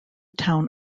town